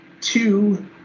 two